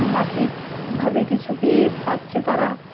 মাসিকভাবে কিছু পেয়ে পাচ্ছে তারা